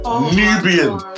Nubian